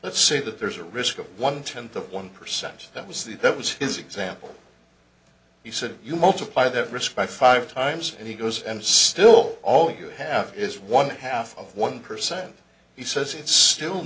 let's say that there's a risk of one tenth of one percent that was the that was his example he said you multiply that risk by five times and he goes and still all you have is one half of one percent he says it's still